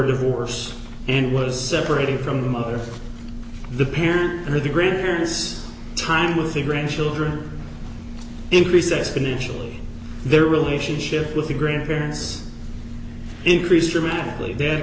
divorce and was separated from the mother the parent or the grandparents time with the grandchildren increased exponentially their relationship with the grandparents increased dramatically